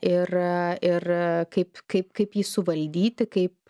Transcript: ir ir kaip kaip kaip jį suvaldyti kaip